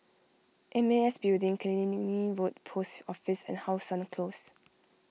M A S Building Killiney Road Post Office and How Sun Close